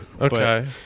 Okay